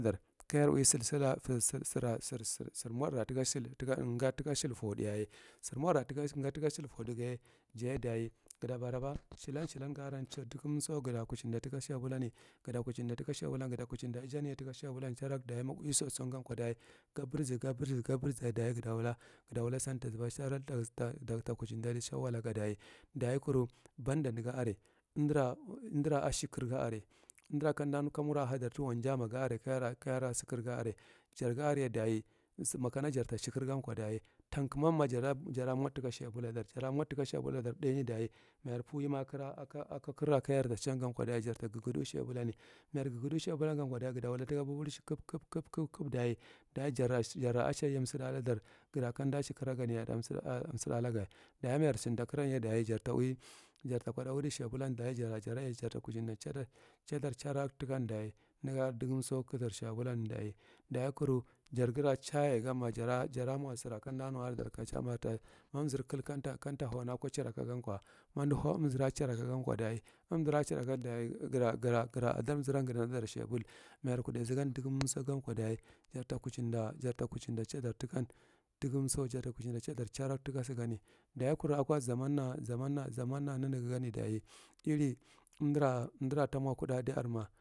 Dar, kajarlwi sirsil sur sirmo ra ga tika sil four thāgth yaye, sir mora ga tika sil fourghi ye ja ye daye ga tabaraba shedum shelan ga aran dan so ga ta kuchinda tishabulai oja ta kuchinda iyaye tika shabulan, daye ma ga uwi sodo gan ko daye ga braza ga braza gu braza daye ga ta wula ban ta zuba chirak ta kuchinda di shawadlaka, daye kuru band negu are, umdara a shekra ga are, umdura ka mur lia tiwon jama kajara shekre ga are jar ga are ye daye makana jarta sjera gan ko daye tan kuma ma jar nod tika shabula dar jar mod tika shabula lar, thāgth daye ana jar pur yeni ako kira ka jar toshen ko daye jan ta geb gudu shabadani majar gugudu shabula ko daye ga wula tika baubarifu kubkub aye jarva ashenye suda daar gura kam da shelaya suda ala ga, daye ma jar shel da kraye daye jar, to kodda udi shabula daye jara jarye jar to kuchindu cha dar cirak tikm daye nega nre dugum kthum shabulan, daye kur jar ghira chaye gum ma jar ma sira kam da nu kacha, na umzir kul kata hauni ako chiraka gan ko, ma umdi hau ako chiraka gam ko gura adara umziran ga ta nadar shabul, ma jar kudda sigma dagum so gan ko daye jar ta kuchinda cha dar ta kuchinda jar kuchinda cha dar chirak daye kar ako zanna neneghi gan umdura ta mo kudhadi are ma.